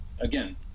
again